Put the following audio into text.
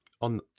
On